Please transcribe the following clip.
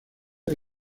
del